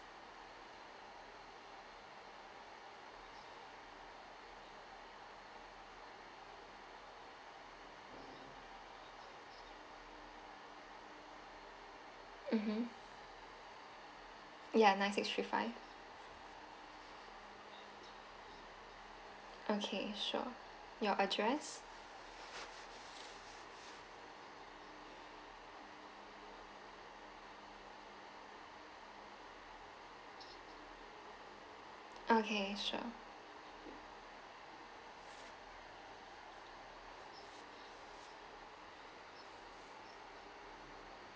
mmhmm yeah nine six three five okay sure your address okay sure